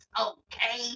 okay